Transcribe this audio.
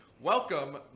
Welcome